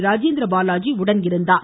ராஜேந்திரபாலாஜி உடன் இருந்தார்